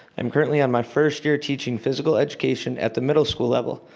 i'm currently on my first year teaching physical education at the middle school level.